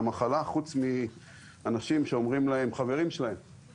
זה המקצוע הכי חשוב שיש בחיים ואף אחד לא לומד אותו.